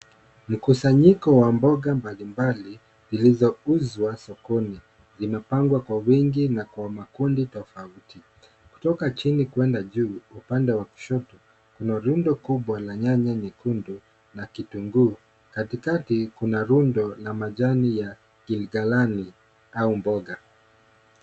Mkusanyiko wa mboga mbalimbali zilizouzwa sokoni zimepangwa kwa wingi na kwa makundi tofauti. Kutoka chini kwenda juu upande wa kushoto, kuna rundo kubwa la nyanya nyekundu na kitunguu. Katikati kuna rundo la majani ya gilgalani au mboga.